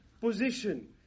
position